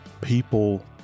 people